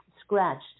scratched